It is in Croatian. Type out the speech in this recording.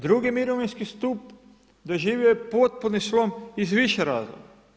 Drugi mirovinski stup doživio je potpuni slom iz više razloga.